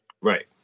Right